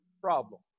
problem